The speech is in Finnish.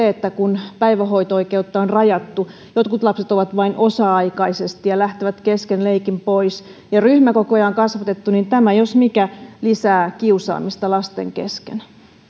että kun päivähoito oikeutta on rajattu jotkut lapset ovat vain osa aikaisesti ja lähtevät kesken leikin pois ja ryhmäkokoja on kasvatettu niin tämä jos mikä lisää kiusaamista lasten kesken